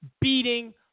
Beating